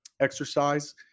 exercise